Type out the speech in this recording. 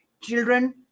children